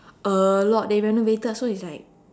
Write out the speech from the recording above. a lot they renovated so it's like